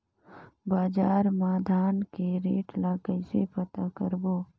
बजार मा धान के रेट ला कइसे पता करबो?